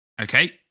Okay